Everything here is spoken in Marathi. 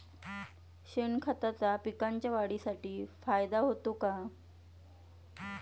शेणखताचा पिकांच्या वाढीसाठी फायदा होतो का?